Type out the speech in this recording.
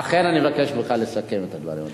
אכן, אני מבקש ממך לסכם את הדברים.